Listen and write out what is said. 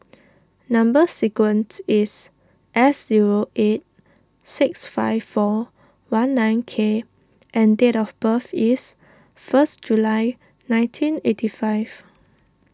Number Sequence is S zero eight six five four one nine K and date of birth is first July nineteen eighty five